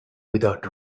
without